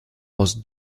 aus